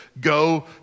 go